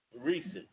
Recent